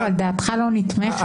אבל דעתך לא נתמכת.